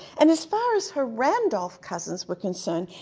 and as far as her randolph cousins were concerned,